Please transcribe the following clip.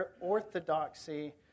orthodoxy